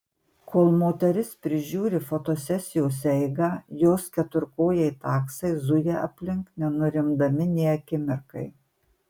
kol moteris prižiūri fotosesijos eigą jos keturkojai taksai zuja aplink nenurimdami nė akimirkai